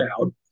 out